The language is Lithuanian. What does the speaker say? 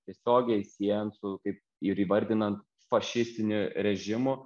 tiesiogiai siejant su kaip ir įvardinant fašistiniu režimu